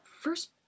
first